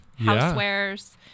housewares